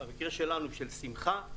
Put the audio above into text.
במקרה שלנו של שמחה,